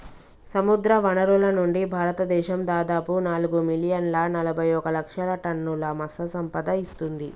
సముద్రవనరుల నుండి, భారతదేశం దాదాపు నాలుగు మిలియన్ల నలబైఒక లక్షల టన్నుల మత్ససంపద ఇస్తుంది